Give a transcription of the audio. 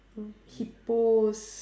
hippos